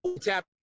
tap